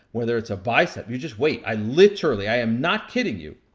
whether it's a bicep, you just wait. i literally, i am not kidding you,